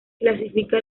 clasifica